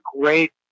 great